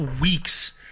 weeks